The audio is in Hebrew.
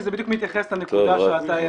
כי זה בדיוק מתייחס לנקודה שאתה העלית.